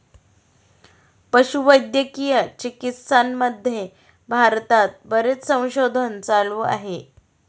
पशुवैद्यकीय चिकित्सामध्ये भारतात बरेच संशोधन चालू आहे